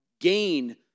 gain